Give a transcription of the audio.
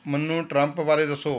ਮੈਨੂੰ ਟਰੰਪ ਬਾਰੇ ਦੱਸੋ